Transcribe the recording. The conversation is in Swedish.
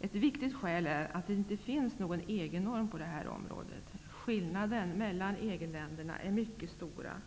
Ett viktigt skäl är att det inte finns någon EG-norm på detta område. Skillnaderna mellan EG-länderna är mycket stora.